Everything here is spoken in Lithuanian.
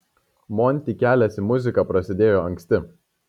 monty kelias į muziką prasidėjo anksti